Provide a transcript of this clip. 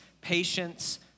patience